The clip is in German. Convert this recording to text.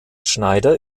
schneider